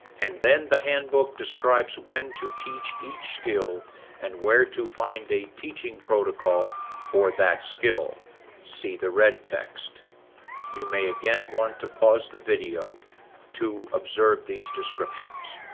and then the handbook describes when to teach each skill and where to find a teaching protocol for that skill see the red text you may again want to pause the video to observe these descriptions